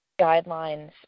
guidelines